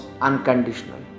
unconditional